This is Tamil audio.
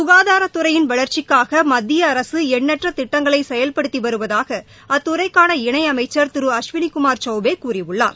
க்காதாரத்துறையின் வளா்ச்சிக்காக மத்திய அரசு எண்ணற்ற திட்டங்களை செயல்படுத்தி வருவதாக அத்துறைக்கான இணை அமைச்சா் திரு அஸ்விவிகுமார் சௌபே கூறியுள்ளார்